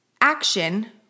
action